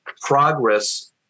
Progress